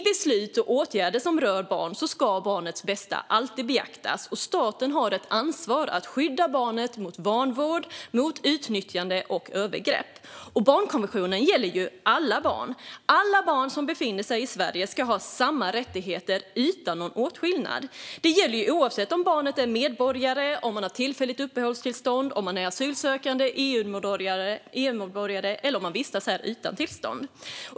I beslut och åtgärder som rör barn ska barnets bästa alltid beaktas. Staten har ett ansvar för att skydda barnet mot vanvård, utnyttjande och övergrepp. Och barnkonventionen gäller alla barn. Alla barn som befinner sig i Sverige ska ha samma rättigheter utan åtskillnad. Det gäller oavsett om ett barn är medborgare, har tillfälligt uppehållstillstånd, är asylsökande eller EU-medborgare eller vistas i Sverige utan tillstånd.